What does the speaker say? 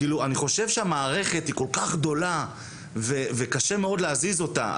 אני חושב שהמערכת היא כל כך גדולה וקשה מאוד להזיז אותה,